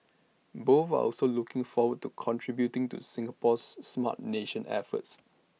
both are also looking forward to contributing to Singapore's Smart Nation efforts